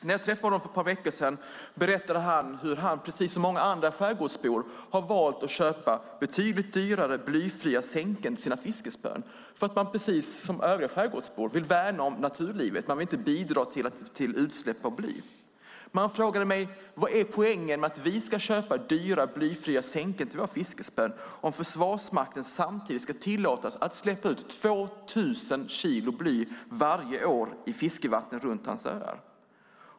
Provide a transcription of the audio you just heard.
När jag träffade honom för ett par veckor sedan berättade han hur han, precis som många andra skärgårdsbor, har valt att köpa betydligt dyrare blyfria sänken till sina fiskespön därför att man vill värna om naturlivet och inte bidra till utsläpp av bly. Han frågade mig: Vad är poängen med att vi ska köpa dyra blyfria sänken till våra fiskespön om Försvarsmakten samtidigt ska tillåtas släppa ut 2 000 kilo bly varje år i fiskevattnen runt våra öar?